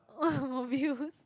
mobiles